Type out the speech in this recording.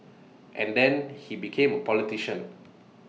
and then he became politician